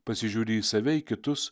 pasižiūri į save į kitus